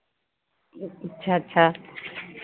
अच्छा अच्छा